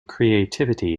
creativity